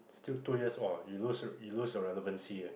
still two years ah you lose you lose your relevancy ah